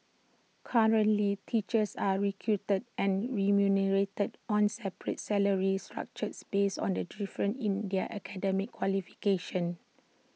currently teachers are recruited and remunerated on separate salary structures based on the difference in their academic qualifications